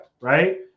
right